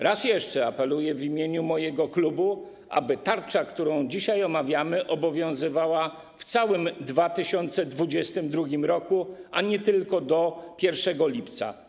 Raz jeszcze apeluję w imieniu mojego klubu, aby tarcza, którą dzisiaj omawiamy, obowiązywała w całym 2022 r. a nie tylko do 1 lipca.